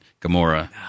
Gamora